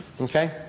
okay